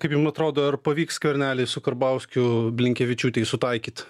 kaip jum atrodo ar pavyks skvernelį su karbauskiu blinkevičiūtei sutaikyt